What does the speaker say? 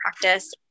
practice